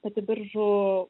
pati biržų